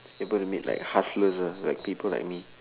able to meet like hustlers uh like people like me